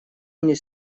мне